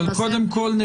אבל קודם כל,